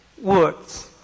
words